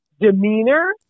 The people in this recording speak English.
demeanor